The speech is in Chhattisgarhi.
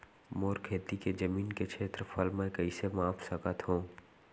मोर खेती के जमीन के क्षेत्रफल मैं कइसे माप सकत हो?